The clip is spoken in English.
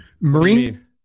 Marine